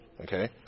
okay